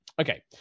okay